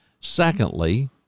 Secondly